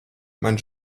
man